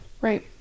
Right